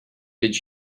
did